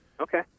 Okay